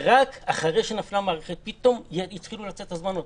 רק אחרי שנפלה המערכת פתאום התחילו לצאת הזמנות.